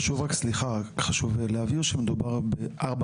חשוב רק, סליחה, חשוב להבהיר שמדובר בארבע